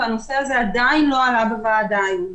זה דבר שעדיין לא עלה בוועדה היום.